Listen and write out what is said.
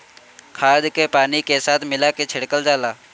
खाद के पानी के साथ मिला के छिड़कल जाला